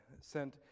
sent